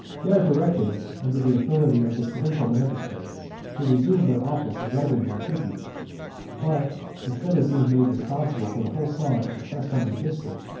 they are directed, under the authority of the provincial magistrates, to resume their office of levying the tribute but, instead of being made responsible for the whole sum assessed on their district,